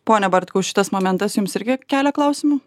pone bartkau šitas momentas jums irgi kelia klausimų